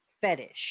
fetish